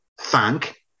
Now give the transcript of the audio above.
thank